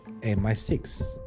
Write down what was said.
MI6